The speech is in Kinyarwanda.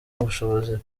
ubushobozi